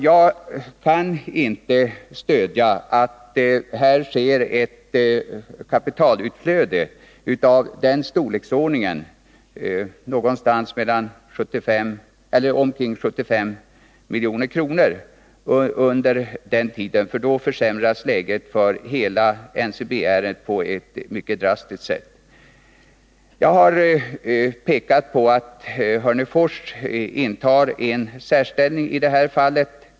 Jag kan inte stödja att här sker ett kapitalutflöde av den storleksordningen — omkring 75 milj.kr. Då försämras läget när det gäller hela NCB-ärendet på ett mycket drastiskt sätt. Jag har pekat på det faktum att Hörnefors intar en särställning i det här fallet.